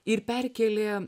ir perkėlė